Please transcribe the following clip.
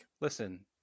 Listen